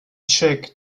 czech